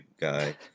guy